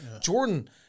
Jordan